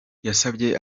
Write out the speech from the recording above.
yasabye